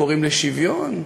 קוראים לשוויון,